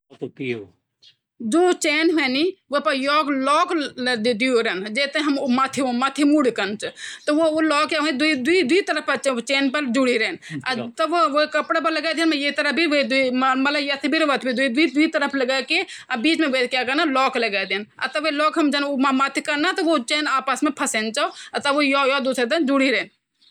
कुछ खाँणो यन व्हंदन जूँते हम शुष्क बणें सकदन जनि -अनाज, मेवा, मसाला, सूखा मछ्छा आदि।